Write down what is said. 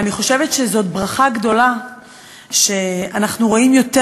אני חושבת שזאת ברכה גדולה שאנחנו רואים יותר